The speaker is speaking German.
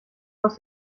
aus